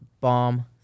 bomb